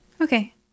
okay